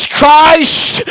Christ